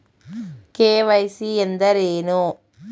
KYC ಎಂದರೇನು?